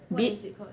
bit